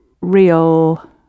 real